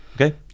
okay